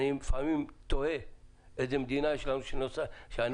לפעמים אני תוהה איזו מדינה יש לנו כשאני